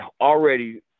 already